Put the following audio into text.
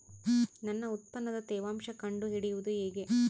ನನ್ನ ಉತ್ಪನ್ನದ ತೇವಾಂಶ ಕಂಡು ಹಿಡಿಯುವುದು ಹೇಗೆ?